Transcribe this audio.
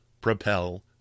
propel